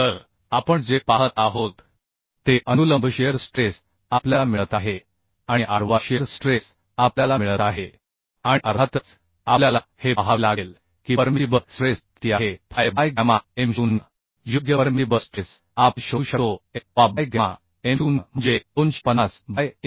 तर आपण जे पाहत आहोत ते अनुलंब शिअर स्ट्रेस आपल्याला मिळत आहे आणि आडवा शिअर स्ट्रेस आपल्याला मिळत आहेआणि अर्थातच आपल्याला हे पाहावे लागेल की परमिसिबल स्ट्रेस किती आहे Fy बाय गॅमा M 0 योग्य परमिसिबल स्ट्रेस आपण शोधू शकतो Fyबाय गॅमा M 0 म्हणजे 250 बाय 1